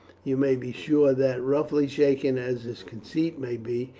you may be sure that, roughly shaken as his conceit may be,